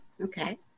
Okay